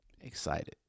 excited